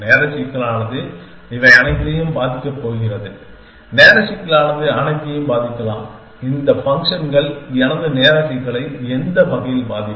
நேர சிக்கலானது இவை அனைத்தையும் பாதிக்கப் போகிறது நேர சிக்கலானது அனைத்தையும் பாதிக்கலாம் இந்த ஃபங்க்ஷன்கள் எனது நேர சிக்கலை எந்த வகையில் பாதிக்கும்